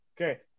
Okay